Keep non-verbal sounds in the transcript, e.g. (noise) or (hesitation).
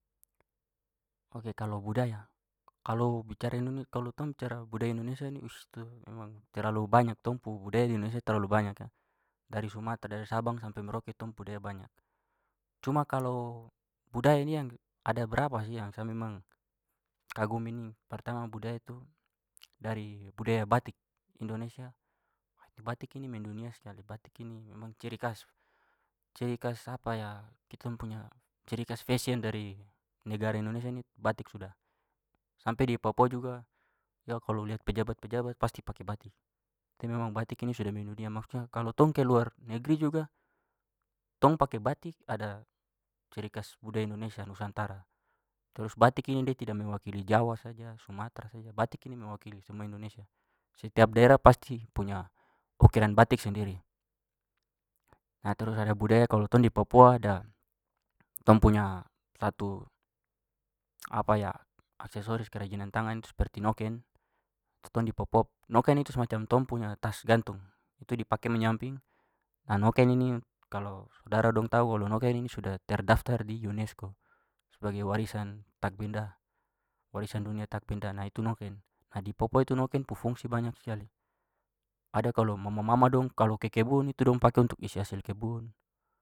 Ok, kalo budaya kalo bicara (unintelligible) kalau tong bicara budaya indonesia ini wiss tu memang terlalu banyak. Tong pu budaya di indonesia terlalu banyak ya. Dari sumatera dari sabang sampai merauke tong budaya banyak. Cuma kalau budaya ini yang ada berapa sih yang sa memang kagum ini pertama budaya itu (noise) dari budaya batik indonesia. Batik ini mendunia setelah ada batik ini memang ciri khas- ciri khas (hesitation) kitong punya ciri khas fashion dari negara indonesia ni batik sudah. Sampai di papua juga ya kalau liat pejabat-pejabat pasti pake batik. Tapi memang batik ini sudah mendunia, maksudnya kalau tong ke luar negeri juga tong pake batik ada ciri khas budaya indonesia, nusantara. Trus batik ini dia tidak mewakili jawa saja sumatera saja, batik ini mewakili semua indonesia. Setiap daerah pasti punya ukiran batik sendiri. Nah, trus ada budaya kalau tong di papua ada tong punya satu (hesitation) asesoris kerajinan tangan seperti noken. Tong di papua noken itu semacam tong punya tas gantung itu dipake menyamping. Nah, noken ini kalau saudara dong tahu kalo noken ini sudah terdaftar di unesco sebagai warisan tak benda- warisan dunia tak benda, nah itu noken. Ha, di papua itu noken pu fungsi banyak skali. Ada kalo mama-mama dong kalo ke kebun itu dong pake untuk isi hasil kebun.